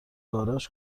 گاراژ